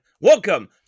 Welcome